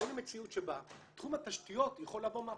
ראינו מציאות שבה תחום התשתיות יכול לעבור מהפכה,